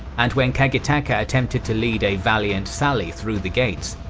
and when kagetaka attempted to lead a valiant sally through the gates,